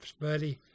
buddy